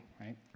Right